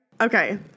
Okay